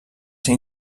ser